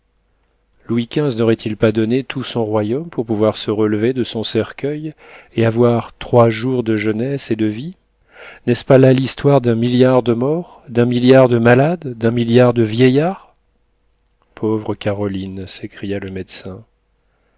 louis xv n'aurait-il pas donné tout son royaume pour pouvoir se relever de son cercueil et avoir trois jours de jeunesse et de vie n'est-ce pas là l'histoire d'un milliard de morts d'un milliard de malades d'un milliard de vieillards pauvre caroline s'écria le médecin